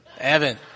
Evan